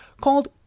called